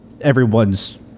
everyone's